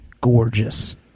gorgeous